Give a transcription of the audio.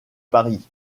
paris